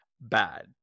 bad